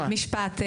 משפט.